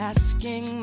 Asking